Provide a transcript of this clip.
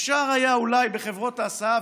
אפשר היה אולי בחברות ההסעה,